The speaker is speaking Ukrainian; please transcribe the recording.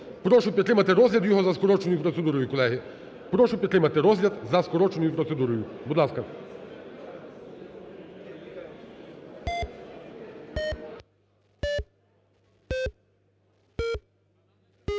Прошу підтримати розгляд його за скороченою процедурою, колеги. Прошу підтримати розгляд за скороченою процедурою, будь ласка.